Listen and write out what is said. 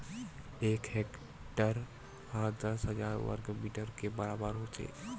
एक हेक्टेअर हा दस हजार वर्ग मीटर के बराबर होथे